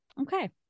Okay